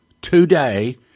today